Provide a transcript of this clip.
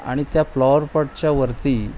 आणि त्या फ्लॉवरपॉटच्या वरती